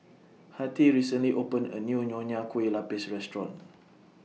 Hattie recently opened A New Nonya Kueh Lapis Restaurant